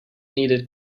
needed